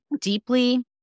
deeply